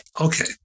okay